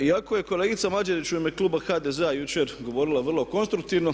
Iako je kolegica Mađerić u ime Kluba HDZ-a jučer govorila vrlo konstruktivno.